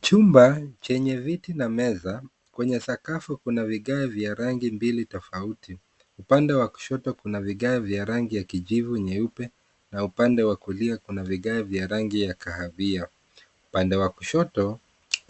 Chumba chenye viti na meza, kwenye sakafu kuna vigae vya rangi mbili tofauti. Upande wa kushoto kuna vigae vya rangi ya kijivu nyeupe na upande wa kulia kuna vigae vya rangi ya kahawia. Upande wa kushoto